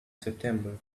september